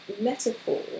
metaphor